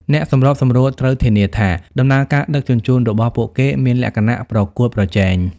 អ្នកសម្របសម្រួលត្រូវធានាថាដំណើរការដឹកជញ្ជូនរបស់ពួកគេមានលក្ខណៈប្រកួតប្រជែង។